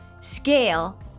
scale